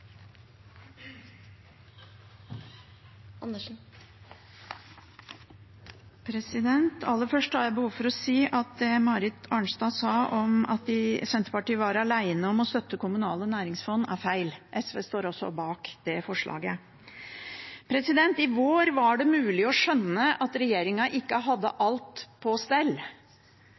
Aller først har jeg behov for å si at det Marit Arnstad sa om at Senterpartiet var alene om å støtte kommunale næringsfond, er feil. SV står også bak det forslaget. I vår var det mulig å skjønne at regjeringen ikke hadde alt på stell,